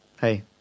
Hey